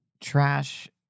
Trash